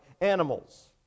animals